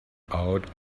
out